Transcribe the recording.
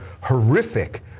horrific